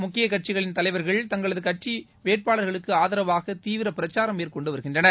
முக்கிய கட்சிகளின் தலைவர்கள் தங்களது கட்சி வேட்பாளர்களுக்கு ஆதரவாக தீவிர பிரச்சாரம் மேற்கொண்டு வருகின்றனர்